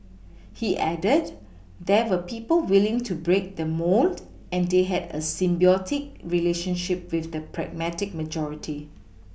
he added there were people willing to break the mould and they had a symbiotic relationship with the pragmatic majority